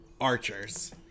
archers